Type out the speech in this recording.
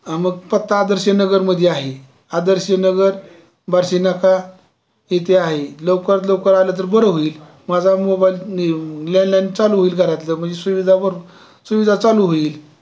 मग पत्ता आदर्श नगरमध्ये आहे आदर्श नगर बार्शी नाका इथे आहे लवकरात लवकर आलं तर बरं होईल माझा मोबाईल लँनलाईन चालू होईल घरातलं म्हणजे सुविधा बर सुविधा चालू होईल